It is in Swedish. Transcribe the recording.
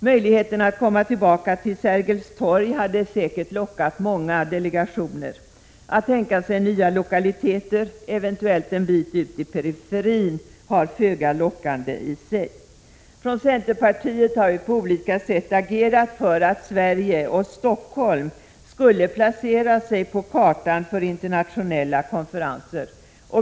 Möjligheten att komma tillbaka till Sergels torg hade säkert lockat många delegationer. Att tänka sig nya lokaliteter, eventuellt en bit ut i periferin, är föga lockande. Från centerpartiet har vi på olika sätt agerat för att Sverige och Stockholm skulle placera sig på kartan för internationella konferenser.